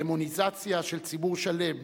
הדמוניזציה של ציבור שלם,